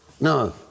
No